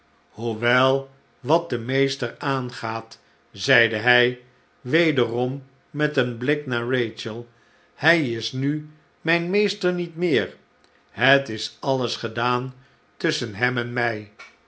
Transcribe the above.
hoewel wat dat meester aangaat zeide hij wederom met een blik naar rachel hij is nu mijn meester niet meer het is alles gedaan tusschen hem en mij